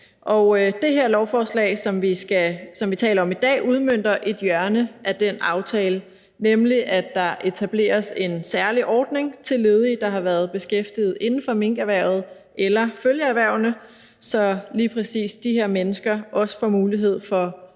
år. Det her lovforslag, som vi taler om i dag, udmønter et hjørne af den aftale, nemlig at der etableres en særlig ordning til ledige, der har været beskæftiget inden for minkerhvervet eller følgeerhvervene, så lige præcis de her mennesker også får mulighed for en